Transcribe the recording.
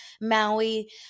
Maui